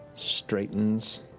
straightens.